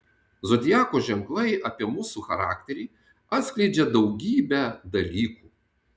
zodiako ženklai apie mūsų charakterį atskleidžią daugybę dalykų